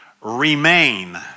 remain